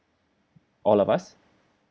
all of us